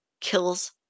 kills